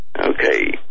Okay